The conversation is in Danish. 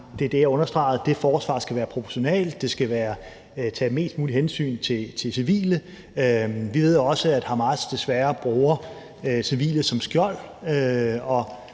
det var det, jeg understregede, og at det forsvar skal være proportionalt, tage mest muligt hensyn til civile. Vi ved også, at Hamas desværre bruger civile som skjold,